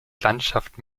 landschaft